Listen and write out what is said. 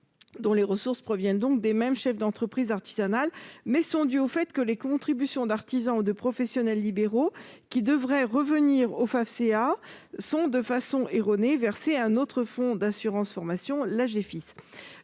dont les ressources proviennent des mêmes chefs d'entreprise artisanale, mais sont dues au fait que les contributions d'artisans ou de professionnels libéraux, qui devraient revenir au Fafcea, sont versées de façon erronée à un autre fonds d'assurance formation, à